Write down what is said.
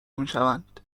میشوند